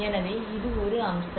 எனவே இது ஒரு அம்சம்